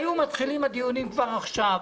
היו מתחילים הדיונים כבר עכשיו.